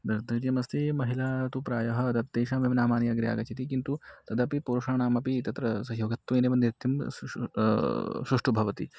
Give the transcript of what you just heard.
दर्तर्यमस्ति महिला तु प्रायः तत्तेषाम् अपि नामानि अग्रे आगच्छति किन्तु तदपि पुरुषाणाम् अपि तत्र सहयोगत्वेनेव नृत्यं सृषु सुष्ठुः भवति